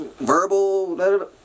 verbal